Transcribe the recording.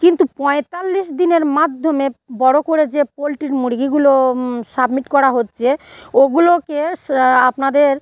কিন্তু পঁয়তাল্লিশ দিনের মাধ্যমে বড়ো করে যে পোলট্রির মুরগিগুলো সাবমিট করা হচ্ছে ওগুলোকে সা আপনাদের